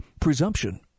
presumption